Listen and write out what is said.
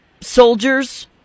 soldiers